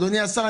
אדוני השר,